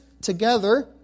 together